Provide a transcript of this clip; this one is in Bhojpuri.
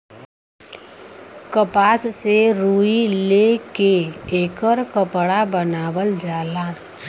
कपास से रुई ले के एकर कपड़ा बनावल जाला